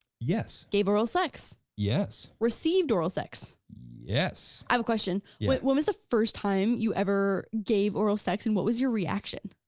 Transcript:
yes. gave her oral sex. yes. received oral sex. yes. i have a question, when when was the first time you ever gave oral sex, and what was your reaction?